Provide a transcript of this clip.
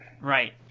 Right